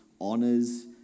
honors